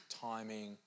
timing